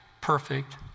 perfect